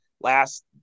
Last